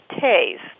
taste